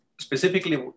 specifically